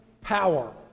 power